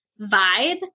vibe